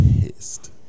pissed